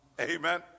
Amen